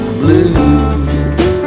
blues